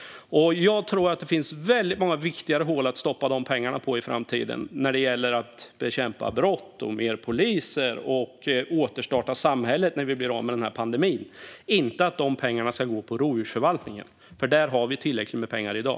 Jag tror att det i framtiden finns många viktigare hål att stoppa de pengarna i när det gäller att bekämpa brott, att få fler poliser och att återstarta samhället när vi är ute ur den här pandemin. De pengarna ska inte gå till rovdjursförvaltningen. Där finns tillräckligt med pengar i dag.